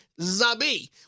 Zabi